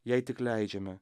jei tik leidžiame